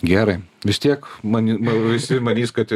gerai vis tiek man visi manys kad